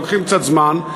לוקחים קצת זמן,